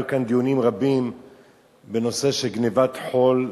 היו כאן דיונים רבים בנושא של גנבת חול,